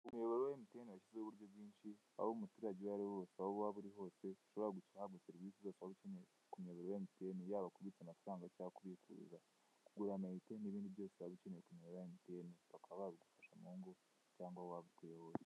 Umuyoboro wa mtn washyizeho uburyo bwinshi aho umuturage uwariwe wese aho waba uri hose ushobora guhabwa serivise yose waba ukeneye ku muyoboro wa mtn yaba kubitsa amafaranga cyangwa kubikuza , kugura amayinite cyangwa n'ibindi byose waba ukeneye ku muyoboro wa mtn baka babigufashamo cyangwa wbikora wowe ubwawe